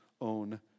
own